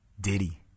Diddy